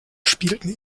spielten